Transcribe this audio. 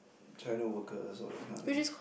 China workers all those kind of thing